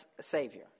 Savior